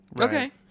Okay